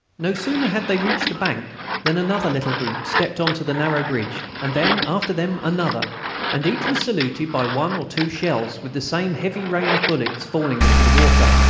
no sooner had they reached the bank than another little group stepped on to the narrow bridge, and then, after them, another and each was saluted by one or two shells, with the same heavy rain of bullets falling into the water.